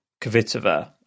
Kvitova